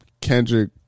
Kendrick